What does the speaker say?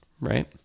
right